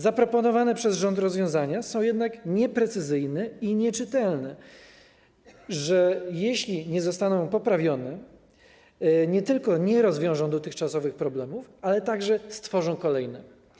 Zaproponowane przez rząd regulacje są jednak na tyle nieprecyzyjne i nieczytelne, że jeśli nie zostaną poprawione, nie tylko nie rozwiążą dotychczasowych problemów, ale także stworzą kolejne.